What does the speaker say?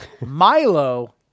Milo